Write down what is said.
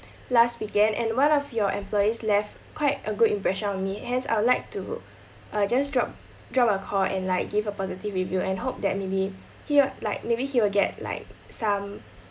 last weekend and one of your employees left quite a good impression on me hence I would like to uh just drop drop a call and like give a positive review and hope that maybe he like maybe he will get like some